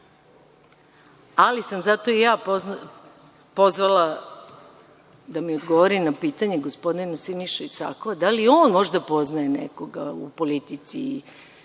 Ali sam zato i ja pozvala da mi odgovori na pitanje, gospodin Siniša Isakova, da li on možda poznaje nekoga u politici